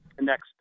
next